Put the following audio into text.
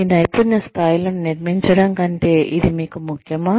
మీ నైపుణ్య స్థాయిలను నిర్మించడం కంటే ఇది మీకు ముఖ్యమా